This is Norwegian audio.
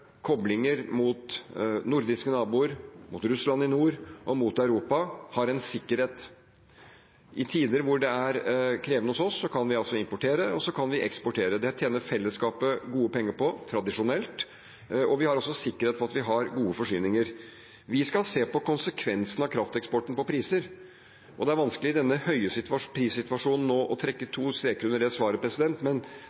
koblinger mot nordiske naboer, mot Russland i nord og mot Europa har en sikkerhet. I tider hvor det er krevende hos oss, kan vi importere, og så kan vi eksportere. Det tjener fellesskapet gode penger på, tradisjonelt, og vi har også sikkerhet for at vi har gode forsyninger. Vi skal se på konsekvensene krafteksporten har på priser, og det er vanskelig nå i denne situasjonen med høye priser å